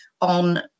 on